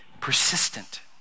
persistent